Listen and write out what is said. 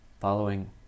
following